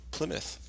Plymouth